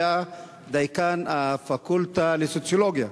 שהיה דיקן הפקולטה לסוציולוגיה